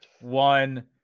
one